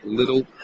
little